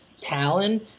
Talon